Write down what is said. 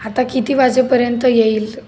आता किती वाजेपर्यंत येईल